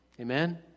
Amen